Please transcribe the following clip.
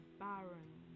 baron